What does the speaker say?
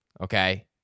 Okay